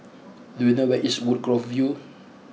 do you know where is Woodgrove View